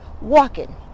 walking